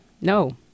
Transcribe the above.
no